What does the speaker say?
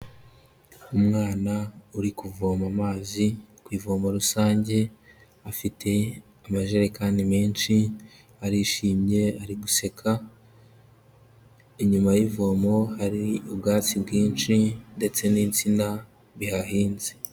Umwana uri kuvoma amazi ku ivomo rusange, afite amajerekani menshi, arishimye ari guseka, inyuma y'ivomo hari ubwatsi bwinshi ndetse n'insina bihahinze.